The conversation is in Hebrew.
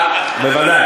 צודק,